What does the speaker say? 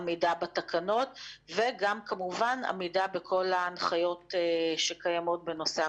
עמידה בתקנות וגם כמובן עמידה בכל ההנחיות שקיימות בנושא הקורונה,